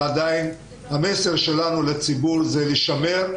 והמסר שלנו לציבור הוא להישמר.